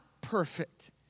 perfect